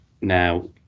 now